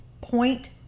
Point